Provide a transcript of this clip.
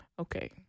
Okay